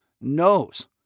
knows